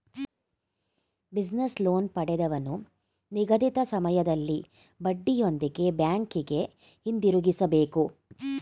business loan ಪಡೆದವನು ನಿಗದಿತ ಸಮಯದಲ್ಲಿ ಬಡ್ಡಿಯೊಂದಿಗೆ ಬ್ಯಾಂಕಿಗೆ ಹಿಂದಿರುಗಿಸಬೇಕು